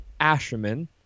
Asherman